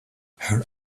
her